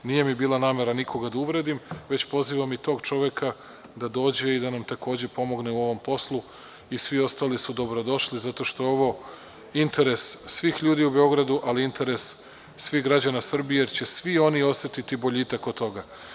Nije mi bila namera nikoga da uvredim, već pozivam i tog čoveka da dođe i da nam takođe pomogne u ovom poslu i svi ostali su dobro došli, zato što je ovo interes svih ljudi u Beogradu, ali interes svih građana Srbije, jer će svi oni osetiti boljitak kod toga.